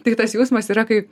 tai tas jausmas yra kaip